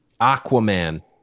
aquaman